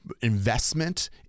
investment